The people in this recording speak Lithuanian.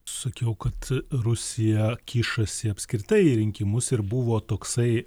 sakiau kad rusija kišasi į apskritai į rinkimus ir buvo toksai